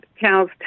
cow's